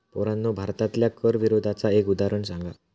पोरांनो भारतातल्या कर विरोधाचा एक उदाहरण सांगा